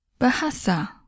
Bahasa